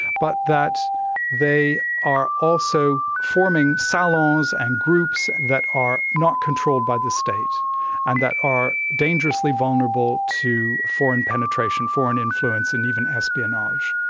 but that they are also forming salons and groups that are not controlled by the state and that are dangerously vulnerable to foreign penetration, foreign influence and even espionage.